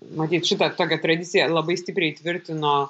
matyt šita tokia tradicija labai stipriai tvirtino